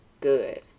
good